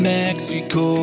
mexico